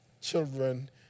children